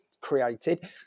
created